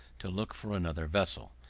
to look for another vessel.